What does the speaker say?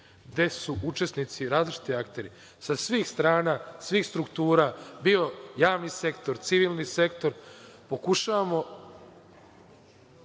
gde su učesnici, različiti akteri sa svih strana, svih struktura, bio javni sektor, civilni sektor… Pokušavamo,